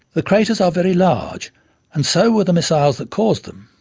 the craters are very large and so were the missiles that caused them,